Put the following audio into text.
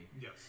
yes